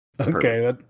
Okay